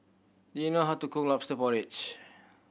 do you know how to cook Lobster Porridge